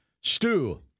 Stu